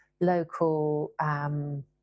local